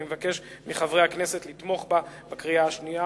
אני מבקש מחברי הכנסת לתמוך בה בקריאה השנייה